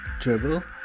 dribble